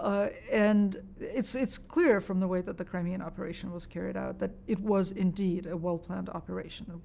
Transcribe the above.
ah and it's it's clear, from the way that the crimean operation was carried out, that it was indeed a well-planned operation.